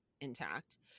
intact